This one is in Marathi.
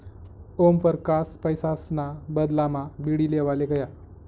ओमपरकास पैसासना बदलामा बीडी लेवाले गया